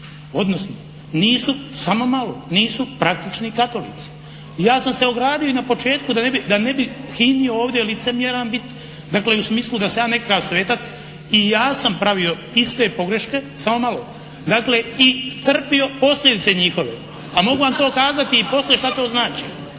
odnosno nisu, samo malo, nisu praktični katolici. Ja sam se ogradio i na početku da ne bih kinjio ovdje licemjeran bit dakle u smislu da sam ja nekakav svetac i ja sam pravio iste pogreške, samo malo. Dakle i trpio posljedice njihove. A mogu vam to kazati i poslije šta to znači?